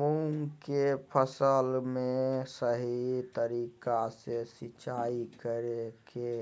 मूंग के फसल में सही तरीका से सिंचाई करें के